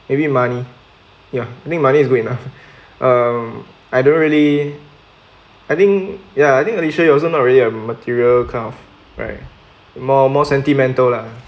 maybe money ya I think money is enough um I don't really I think ya I think alicia you also not really a material kind of right more more sentimental lah